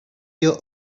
your